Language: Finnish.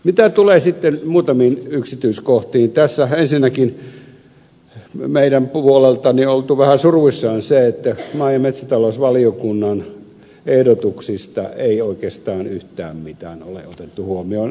mitä tulee sitten muutamiin yksityiskohtiin tässä ensinnäkin meidän puoleltamme on oltu vähän suruissaan siitä että maa ja metsätalousvaliokunnan ehdotuksista ei oikeastaan yhtään mitään ole otettu huomioon